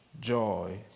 joy